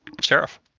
Sheriff